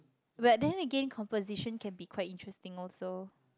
but then again composition can be quite interesting also